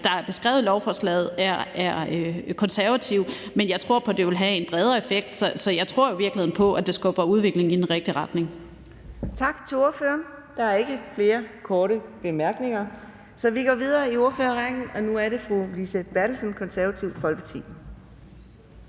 der er skrevet ind i lovforslaget, er konservative, men jeg tror på, at det vil have en bredere effekt. Så jeg tror virkelig på, at det skubber udviklingen i den rigtige retning. Kl. 15:26 Anden næstformand (Karina Adsbøl): Tak til ordføreren. Der er ikke flere korte bemærkninger, så vi går videre i ordførerrækken. Nu er det fru Lise Bertelsen, Det Konservative Folkeparti.